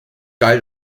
galt